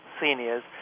seniors